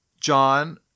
John